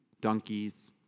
Donkeys